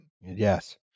Yes